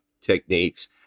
techniques